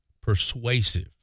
persuasive